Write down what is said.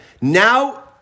now